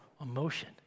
emotion